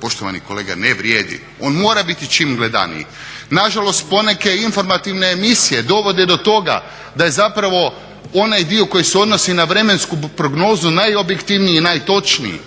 poštovani kolege ne vrijedi. On mora biti čim gledaniji. Nažalost poneke informativne emisije dovode do toga da je zapravo onaj dio koji se odnosi na vremensku prognozu najobjektivniji i najtočniji,